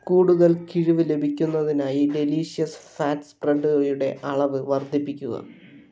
കൂടുതൽ കിഴിവ് ലഭിക്കുന്നതിനായി ഡെലീഷ്യസ് ഫാറ്റ്സ് സ്പ്രെടെയുടെ അളവ് വർദ്ധിപ്പിക്കുക